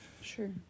Sure